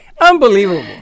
Unbelievable